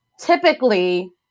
typically